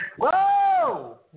Whoa